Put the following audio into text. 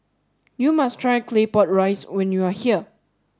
you must try Claypot rice when you are here